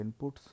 inputs